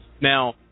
Now